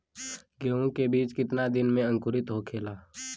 गेहूँ के बिज कितना दिन में अंकुरित होखेला?